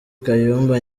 kayumba